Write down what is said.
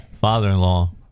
father-in-law